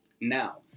Now